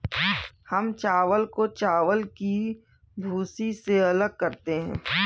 हम चावल को चावल की भूसी से अलग करते हैं